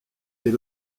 des